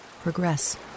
progress